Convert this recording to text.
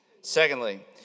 Secondly